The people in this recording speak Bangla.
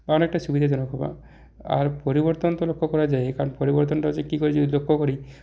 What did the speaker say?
অনেকটা সুবিধাজনক হবে আর পরিবর্তন তো লক্ষ্য করা যায় কারণ পরিবর্তনটা যে কী করে যদি লক্ষ্য করি